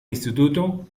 instituto